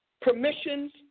permissions